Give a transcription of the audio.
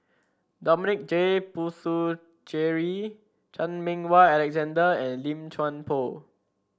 Dominic J Puthucheary Chan Meng Wah Alexander and Lim Chuan Poh